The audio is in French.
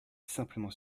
simplement